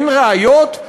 אין ראיות?